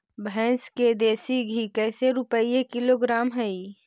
भैंस के देसी घी कैसे रूपये किलोग्राम हई?